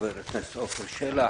חבר הכנסת עפר שלח,